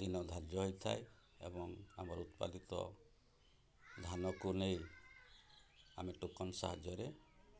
ଦିନ ଧାର୍ଯ୍ୟ ହେଇଥାଏ ଏବଂ ଆମର ଉତ୍ପାଦିତ ଧାନକୁ ନେଇ ଆମେ ଟୋକନ୍ ସାହାଯ୍ୟରେ